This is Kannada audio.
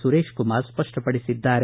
ಸುರೇಶ್ ಕುಮಾರ್ ಸ್ಪಷ್ಟ ಪಡಿಸಿದ್ದಾರೆ